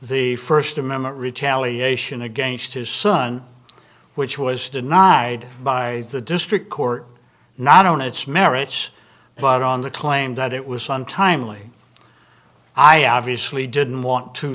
the first amendment retaliation against his son which was denied by the district court not only its merits but on the claim that it was untimely i obviously didn't want to